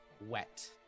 wet